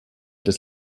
des